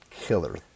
killer